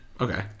Okay